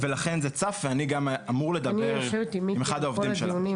ולכן זה צף ואני גם אמור לדבר עם אחד העובדים שלה.